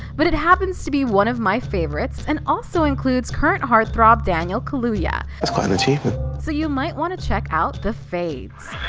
but it happens to be one of my favorites and also includes current heart throb, daniel kaluuya. that's quite an achievement. so you might want to check out the fades.